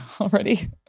already